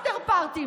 אפטר-פארטי,